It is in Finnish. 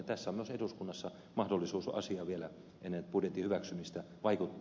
tässä on myös eduskunnassa mahdollisuus asiaan vielä ennen budjetin hyväksymistä vaikuttaa